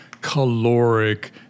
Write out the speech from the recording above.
caloric